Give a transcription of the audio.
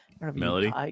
melody